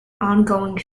ongoing